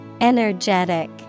Energetic